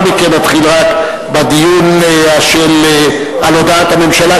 ורק לאחר מכן נתחיל בדיון על הודעת הממשלה,